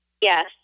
Yes